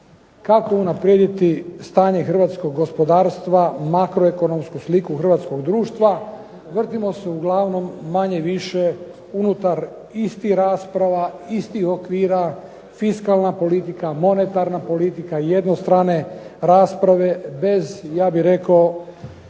kako unaprijediti stanje Hrvatskog gospodarstva, makroekonomsku sliku Hrvatskog društva vrtimo se manje više unutar istih rasprava, istih okvira fiskalna politika, monetarna politika, jednostrane rasprave bez sposobnosti